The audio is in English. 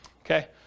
Okay